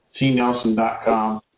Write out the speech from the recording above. TNelson.com